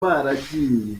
baragiye